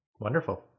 Wonderful